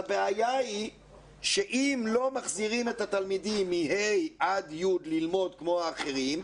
הבעיה היא שאם לא מחזירים את התלמידים מה' י' ללמוד כמו האחרים,